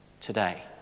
today